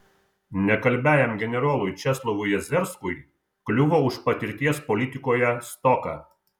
nekalbiajam generolui česlovui jezerskui kliuvo už patirties politikoje stoką